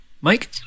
Mike